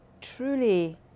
truly